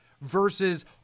versus